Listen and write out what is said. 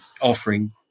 offering